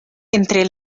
entre